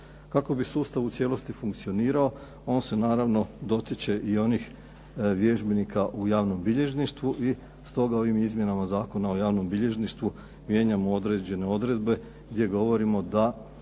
Kako bi sustav u cijelosti funkcionirao on se naravno dotiče i onih vježbenika u javnom bilježništvu i stoga ovim izmjenama Zakona o javnom bilježništvu mijenjamo određene odredbe gdje govorimo da